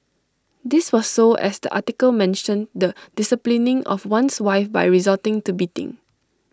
this was so as the article mentioned the disciplining of one's wife by resorting to beating